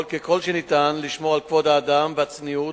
ככל שניתן לשמור על כבוד האדם והצניעות,